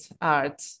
art